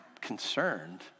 concerned